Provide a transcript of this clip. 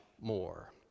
more